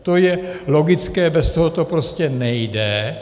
To je logické, bez toho to prostě nejde.